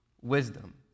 wisdom